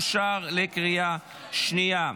אושר בקריאה השנייה.